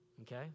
Okay